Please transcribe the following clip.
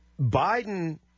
Biden